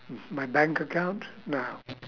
m~ my bank account nah